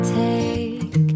take